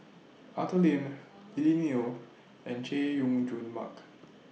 Arthur Lim Lily Neo and Chay Jung Jun Mark